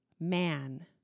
Man